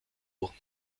tours